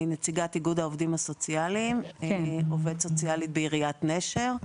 אני נציגת איגוד העובדים הסוציאליים ועובדת סוציאלית בעיריית נשר.